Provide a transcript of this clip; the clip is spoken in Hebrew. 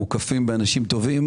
אנו מוקפים באנשים טובים,